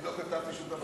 אני לא שלחתי את זה.